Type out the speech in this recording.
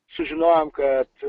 sužinojom kad